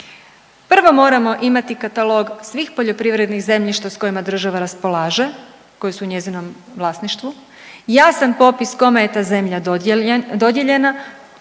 Prvo moramo imati katalog svih poljoprivrednih zemljišta s kojima država raspolaže, koji su u njezinom vlasništvu, jasan popis kome je ta zemlja dodijeljena,